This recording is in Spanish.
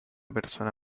persona